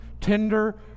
tender